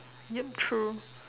look through